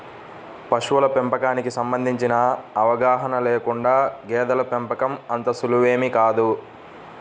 పశువుల పెంపకానికి సంబంధించిన అవగాహన లేకుండా గేదెల పెంపకం అంత సులువేమీ కాదు